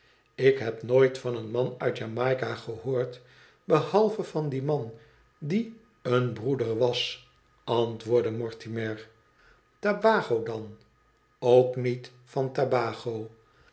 ik heb nooit van een man uit jamaica gehoord behalve van dien man die een broeder was antwoordt mortimer ta bao dan ook niet van tabago